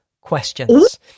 questions